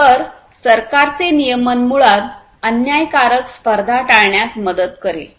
तर् सरकारचे नियमन मुळात अन्यायकारक स्पर्धा टाळण्यास मदत करेल